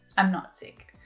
i'm not sick.